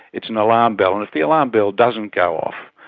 it's an alarm bell, and if the alarm bell doesn't go off,